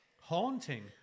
haunting